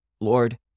Lord